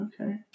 Okay